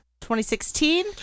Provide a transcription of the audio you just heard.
2016